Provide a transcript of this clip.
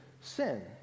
sin